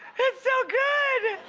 it's so good.